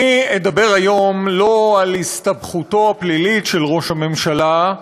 אני אדבר היום לא על הסתבכותו הפלילית של ראש הממשלה,